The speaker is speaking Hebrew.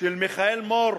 של מיכאל מור,